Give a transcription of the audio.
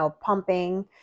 pumping